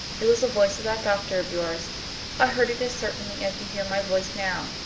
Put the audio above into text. it was the voice of that doctor of yours i heard it as certainly as you hear my voice now.